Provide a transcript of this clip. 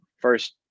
first